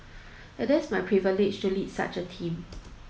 it is my privilege to lead such a team